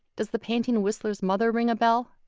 does the painting whistler's mother ring a bell?